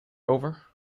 over